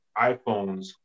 iPhones